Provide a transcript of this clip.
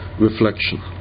reflection